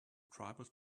tribal